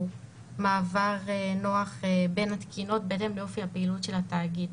מעבר נוח בין התקינות ואופי הפעילות של התאגיד.